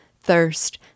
thirst